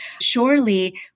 surely